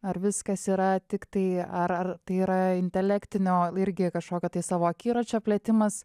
ar viskas yra tiktai ar ar tai yra intelektinio irgi kažkokio tai savo akiračio plėtimas